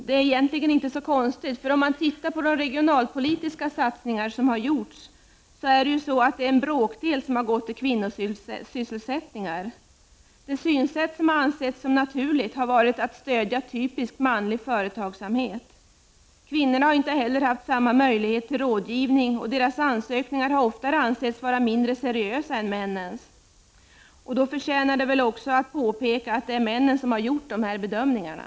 Men egentligen är det inte så konstigt. Om man ser tillbaka på de regionalpolitiska satsningar som har gjorts, finner man att det är en bråkdel av resurserna som går till kvinnosysselsättningar. Det har ansetts naturligt att stödja typiskt manlig företagsamhet. Kvinnorna har inte haft samma möjligheter till rådgivning, och deras ansökningar har oftare ansetts vara mindre seriösa än männens. Det förtjänar också att påpekas att det är män som har gjort dessa bedömningar.